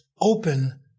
open